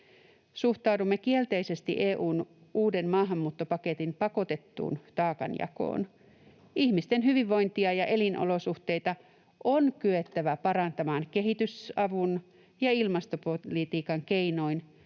Suhtaudumme kielteisesti EU:n uuden maahanmuuttopaketin pakotettuun taakanjakoon. Ihmisten hyvinvointia ja elinolosuhteita on kyettävä parantamaan kehitysavun ja ilmastopolitiikan keinoin,